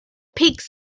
pigs